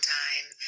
time